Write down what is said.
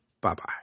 Bye-bye